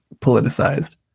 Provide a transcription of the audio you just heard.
politicized